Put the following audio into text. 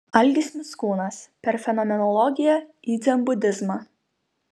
algis mickūnas per fenomenologiją į dzenbudizmą